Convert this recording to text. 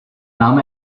nahm